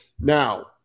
Now